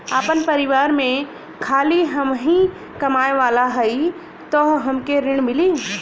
आपन परिवार में खाली हमहीं कमाये वाला हई तह हमके ऋण मिली?